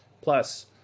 Plus